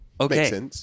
Okay